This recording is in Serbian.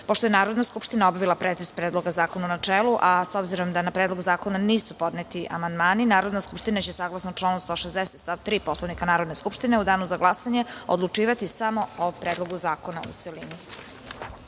SRBIJEPošto je Narodna skupština obavila pretres Predloga zakona u načelu, a s obzirom da na Predlog zakona nisu podneti amandmani, Narodna skupština će, saglasno članu 160. stav 3. Poslovnika Narodne skupštine, u Danu za glasanje odlučivati samo o Predlogu zakona u